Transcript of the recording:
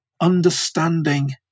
understanding